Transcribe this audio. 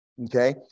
Okay